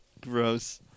Gross